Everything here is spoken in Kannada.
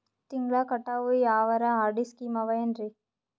ತಿಂಗಳ ಕಟ್ಟವು ಯಾವರ ಆರ್.ಡಿ ಸ್ಕೀಮ ಆವ ಏನ್ರಿ?